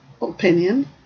opinion